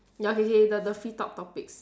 ya okay K K the the free talk topics